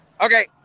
okay